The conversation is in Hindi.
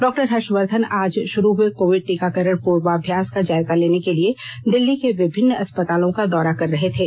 डॉक्टर हर्षवर्धन आज शुरू हुए कोविड टीकाकरण पूर्वाभ्यास का जायजा लेने के लिए दिल्ली के विभिन्न अस्पतालों का दौरा कर रहे थे